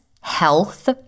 health